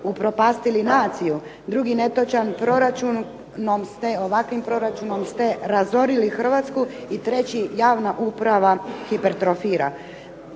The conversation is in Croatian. upropastili naciju. Drugi netočan proračunom ste, ovakvim proračunom ste razorili Hrvatsku. I treći javna uprava hipertrofira.